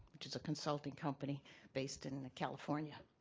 which is a consulting company based in california.